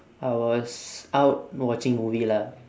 I was out watching movie lah